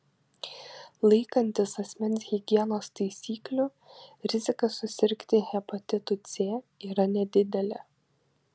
laikantis asmens higienos taisyklių rizika susirgti hepatitu c yra nedidelė